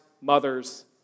mother's